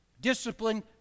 Discipline